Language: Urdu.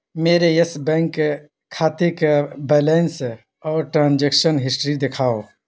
میرے یس بینک کھاتے کا بیلنس اور ٹرانجیکشن ہشٹری دکھاؤ